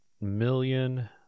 million